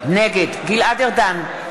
נגד גלעד ארדן,